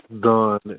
done